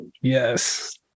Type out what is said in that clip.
Yes